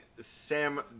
Sam